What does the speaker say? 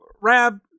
Rab